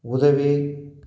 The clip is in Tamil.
உதவி